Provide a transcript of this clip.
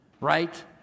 right